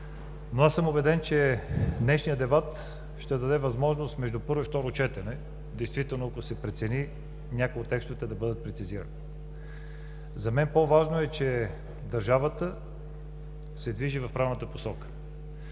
Аз съм убеден, че днешният дебат ще даде възможност между първо и второ четене, ако действително се прецени, някои от текстовете да бъдат прецизирани. За мен по-важно е, че държавата се движи в правилната посока.